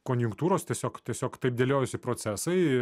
konjunktūros tiesiog tiesiog taip dėliojosi procesai